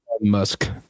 Musk